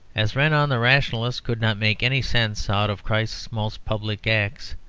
as renan, the rationalist, could not make any sense out of christ's most public acts,